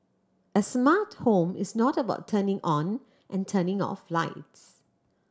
a smart home is not about turning on and turning off lights